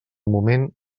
moment